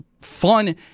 fun